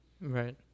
Right